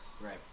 Right